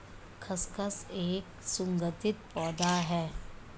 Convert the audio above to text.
खसखस एक सुगंधित पौधा है